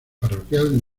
parroquial